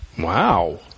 wow